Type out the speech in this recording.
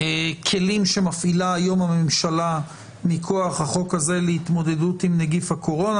הכלים שמפעילה היום הממשלה מכוח החוק הזה להתמודדות עם נגיף הקורונה.